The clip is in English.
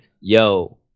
yo